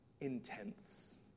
intense